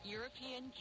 European